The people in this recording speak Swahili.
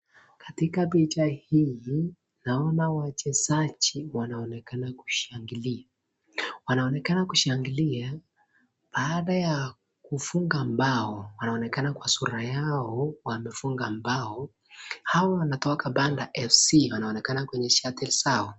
Katika picha hii, naona wachezaji wanaonekana kushangilia. Wanaonekana kushangilia baada ya kufunga bao wanaonekana kwa sura yao wamefunga bao au wanatoka Banda FC wanaonekana kwenye shati zao.